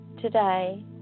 today